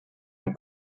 ein